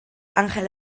angel